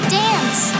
dance